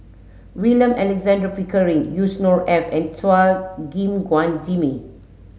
William Alexander Pickering Yusnor Ef and Chua Gim Guan Jimmy